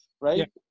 right